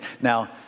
Now